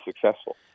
successful